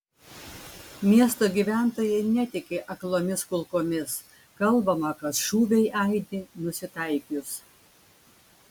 miesto gyventojai netiki aklomis kulkomis kalbama kad šūviai aidi nusitaikius